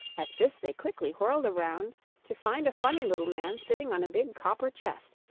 at this they quickly whirled around to find a funny little man sitting on a big copper chest,